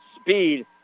speed